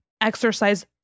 exercise